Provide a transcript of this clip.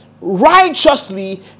righteously